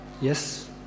Yes